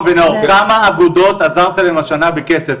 כמה אגודות עזרתם להן השנה בכסף?